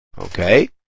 Okay